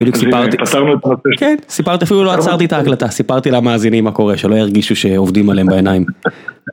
סיפרתי, אפילו לא עצרתי את ההקלטה, סיפרתי למאזינים מה קורה, שלא ירגישו שעובדים עליהם בעיניים.